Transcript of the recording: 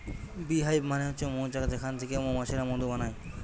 bee hive মানে হচ্ছে মৌচাক যেখান থিকে মৌমাছিরা মধু বানায়